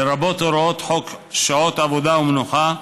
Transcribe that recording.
לרבות הוראות חוק שעות עבודה ומנוחה,